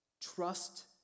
Trust